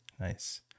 Nice